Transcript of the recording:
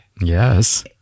Yes